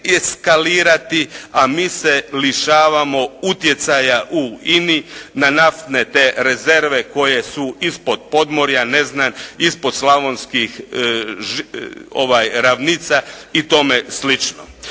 a mi se lišavamo utjecaja u INA-i na naftne te rezerve koje su ispod podmorja, ispod slavonskih ravnica i tome slično.